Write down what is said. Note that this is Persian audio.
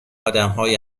آدمهای